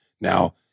Now